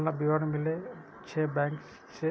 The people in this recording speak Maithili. सलाना विवरण मिलै छै बैंक से?